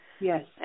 Yes